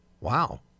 wow